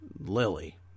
Lily